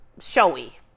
showy